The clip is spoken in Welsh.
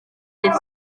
dydd